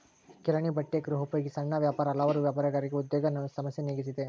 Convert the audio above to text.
ಕಿರಾಣಿ ಬಟ್ಟೆ ಗೃಹೋಪಯೋಗಿ ಸಣ್ಣ ವ್ಯಾಪಾರ ಹಲವಾರು ವ್ಯಾಪಾರಗಾರರಿಗೆ ಉದ್ಯೋಗ ಸಮಸ್ಯೆ ನೀಗಿಸಿದೆ